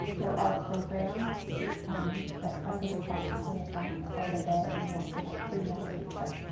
there are programs that help with the costs and bring it down quite a bit and you also get free medication.